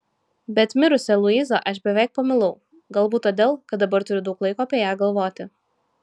bet mirusią luizą aš beveik pamilau galbūt todėl kad dabar turiu daug laiko apie ją galvoti